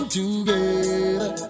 together